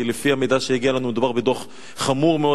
כי לפי המידע שהגיע אלינו מדובר בדוח חמור מאוד